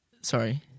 Sorry